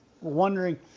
wondering